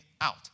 out